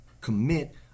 commit